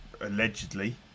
allegedly